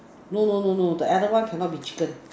no no no no the other one cannot be chicken